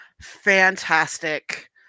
fantastic